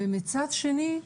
מצד שני,